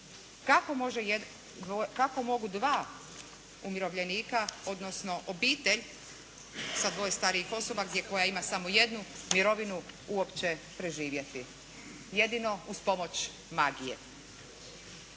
kako mogu dva umirovljenika odnosno obitelj sa dvoje starijih osoba gdje, koja ima samo jednu mirovinu uopće preživjeti. Jedino uz pomoć magije.